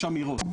יש אמירות,